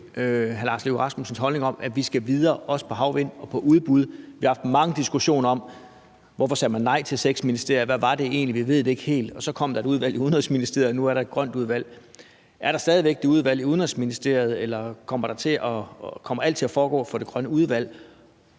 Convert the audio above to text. hr. Lars Løkke Rasmussens holdning om, at vi skal videre, også i forhold til havvindmøller og udbud. Vi har haft mange diskussioner om, hvorfor man sagde nej til seks ministerier, og hvad det egentlig var, der skete. Vi ved det ikke helt. Så kom der et udvalg i Udenrigsministeriet, og nu er der et grønt udvalg. Er der stadig væk det udvalg i Udenrigsministeriet, eller kommer alt til at foregå i det grønne udvalg,